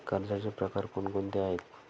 कर्जाचे प्रकार कोणकोणते आहेत?